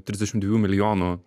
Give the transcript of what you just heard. trisdešim dviejų milijonų